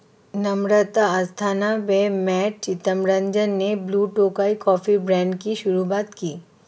नम्रता अस्थाना व मैट चितरंजन ने Blue Tokai coffee brand की शुरुआत की